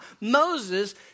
Moses